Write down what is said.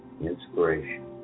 inspiration